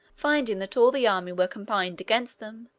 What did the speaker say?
finding that all the army were combined against them,